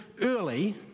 early